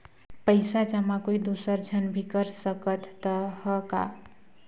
पइसा जमा कोई दुसर झन भी कर सकत त ह का?